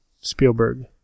Spielberg